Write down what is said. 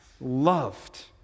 loved